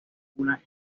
una